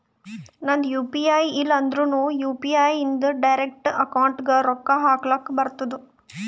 ನಂದ್ U P I ಇಲ್ಲ ಅಂದುರ್ನು ಯು.ಪಿ.ಐ ಇಂದ್ ಡೈರೆಕ್ಟ್ ಅಕೌಂಟ್ಗ್ ರೊಕ್ಕಾ ಹಕ್ಲಕ್ ಬರ್ತುದ್